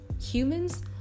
humans